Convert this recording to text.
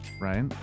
right